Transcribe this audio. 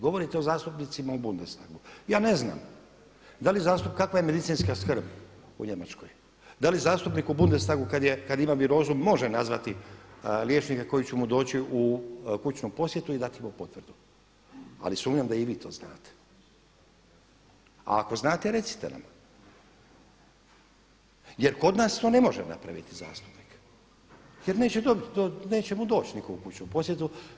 Govorite o zastupnicima u Bundestagu, ja ne znam kakav je medicinska skrb u Njemačkoj, da li zastupnik u Bundestagu kada ima virozu može nazvati liječnika koji će mu doći u kućnu posjetu i dati mu potvrdu, ali sumnjam da i vi to znate, a ako znate recite nam jer kod nas to ne može napraviti zastupnik jer neće mu doć niko u kućnu posjetu.